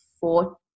four